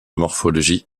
morphologie